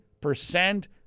percent